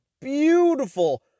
beautiful